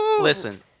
Listen